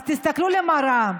אז תסתכלו במראה,